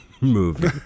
movie